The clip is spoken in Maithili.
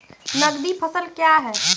नगदी फसल क्या हैं?